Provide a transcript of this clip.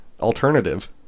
alternative